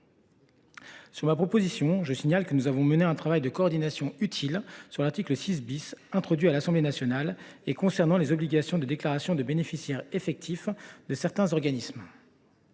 Sur ma proposition, nous avons mené un travail de coordination utile sur l’article 6, introduit à l’Assemblée nationale, qui détaille les obligations de déclaration de bénéficiaires effectifs de certains organismes.